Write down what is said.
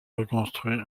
reconstruit